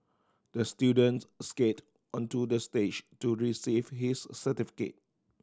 the students skate onto the stage to receive his certificate